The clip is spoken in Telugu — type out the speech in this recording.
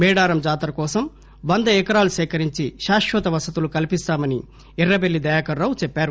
మేడారం జాతరకోసం వంద ఎకరాలు సేకరించి శాశ్వత వసతులు కల్పిస్తామని ఎర్రబెల్లి దయాకరరావు చెప్పారు